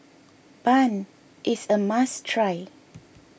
Bun is a must try